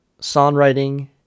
songwriting